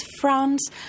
France